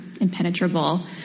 impenetrable